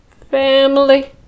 family